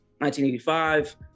1985